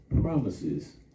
promises